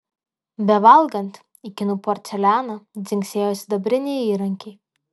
bevalgant į kinų porcelianą dzingsėjo sidabriniai įrankiai